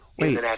Wait